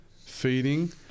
Feeding